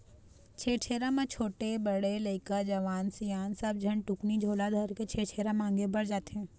छेरछेरा म छोटे, बड़े लइका, जवान, सियान सब झन टुकनी झोला धरके छेरछेरा मांगे बर जाथें